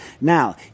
Now